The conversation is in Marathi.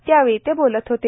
त्यावेळी ते बोलत होते